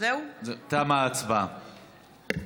תמה ההצבעה.